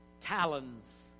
talons